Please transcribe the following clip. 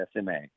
SMA